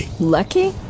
Lucky